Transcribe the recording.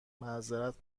معذرت